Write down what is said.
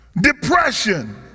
depression